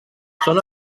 són